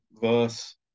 verse